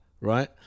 right